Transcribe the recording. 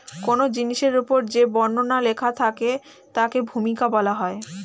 কোন জিনিসের উপর যে বর্ণনা লেখা থাকে তাকে ভূমিকা বলা হয়